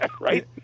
right